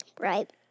Right